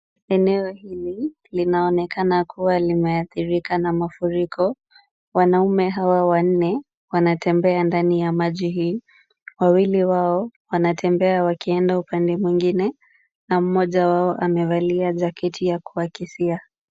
Eneo hili linaonekana kuwa limeathirika na mafuriko. Wanaume hawa wanne wanatembea ndani ya maji hii. Wawili wao wanatembea wakienda upande mwingine na mmoja wao amevalia jaketi ya kuakisia.